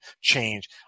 change